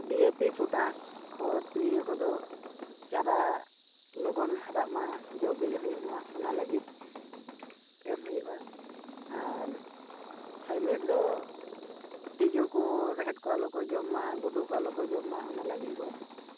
D A P potash ᱱᱤᱭᱟ ᱠᱚᱫᱚ ᱪᱟᱨᱟ ᱞᱚᱜᱚᱱ ᱦᱟᱨᱟ ᱢᱟ ᱡᱚ ᱵᱤᱞᱤ ᱦᱩᱭᱩᱜ ᱢᱟ ᱚᱱᱟ ᱞᱟᱹᱜᱤᱫ ᱮᱢ ᱦᱩᱭᱩᱜ ᱟ ᱟᱨ ᱛᱷᱟᱭᱢᱮᱴ ᱫᱚ ᱛᱤᱡᱩ ᱠᱚ ᱨᱮᱦᱮᱫ ᱠᱚ ᱟᱞᱚ ᱠᱚ ᱡᱚᱢ ᱢᱟ ᱜᱩᱰᱩ ᱠᱚ ᱟᱞᱚ ᱠᱚ ᱡᱚᱢ ᱢᱟ ᱚᱱᱟ ᱠᱚ ᱞᱟᱹᱜᱤᱫ ᱵᱚᱱ